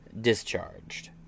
Discharged